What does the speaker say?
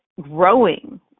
growing